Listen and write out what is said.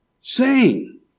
Sing